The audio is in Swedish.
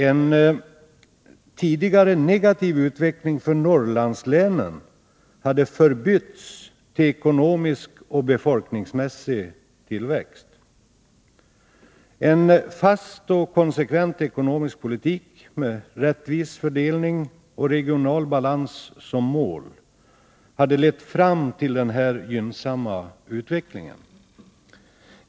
En tidigare negativ utveckling för Norrlandslänen hade förbytts i ekonomisk och befolkningsmässig tillväxt. En fast och konsekvent ekonomisk politik med rättvis fördelning och regional balans som mål hade lett fram till denna gynnsamma utveckling.